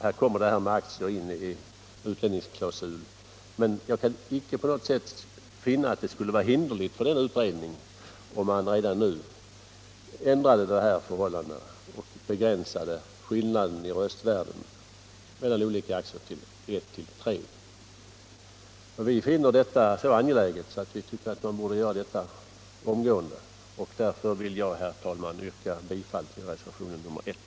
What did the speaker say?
Här kommer den utlänningsklausul in som delvis har motiverat olikhet i röstvärdet för aktier. Jag kan emellertid icke på något sätt finna att det skulle vara till hinders för ifrågavarande utredning om man redan nu begränsade den tillåtna skillnaden i röstvärde för olika aktier till 1-3. Vi inom folkpartiet finner detta så angeläget att vi anser att man bör vidta denna ändring omgående. Därför yrkar jag, herr talman, bifall till reservationen 1.